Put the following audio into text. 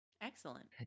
excellent